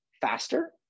faster